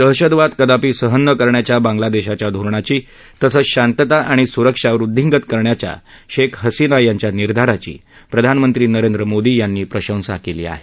दहशतवाद कदापी सहन न करण्याच्या बांगलादेशाच्या धोरणाची तसंच शांतता आणि सुरक्षा वृद्दींगत करण्याच्या शेख हसिना यांच्या निर्धाराची प्रधानमंत्री मोदी यांनी प्रशंसा केली आहे